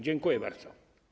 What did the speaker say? Dziękuję bardzo.